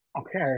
Okay